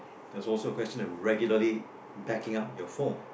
there's also a question of regularly backing up your phone